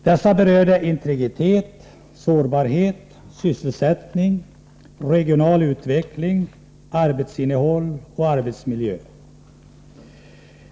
Dessa berörde integritet, sårbarhet, sysselsättning, regional utveckling, arbetsinnehåll och arbetsmiljö.